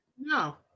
No